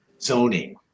zoning